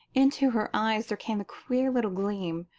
into her eyes there came a queer little gleam,